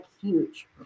huge